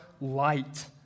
light